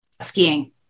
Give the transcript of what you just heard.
skiing